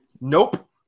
Nope